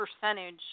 percentage